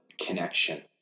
Connection